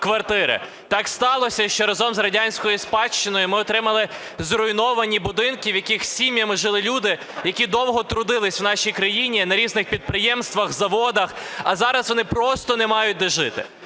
Так сталося, що разом з радянською спадщиною ми отримали зруйновані будинки, в яких сім'ями жили люди, які довго трудилися в нашій країні на різних підприємствах, заводах, а зараз вони просто не мають де жити.